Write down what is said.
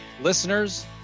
listeners